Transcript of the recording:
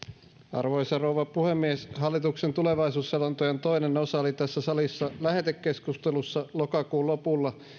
arvoisa rouva puhemies hallituksen tulevaisuusselonteon toinen osa oli tässä salissa lähetekeskustelussa lokakuun lopulla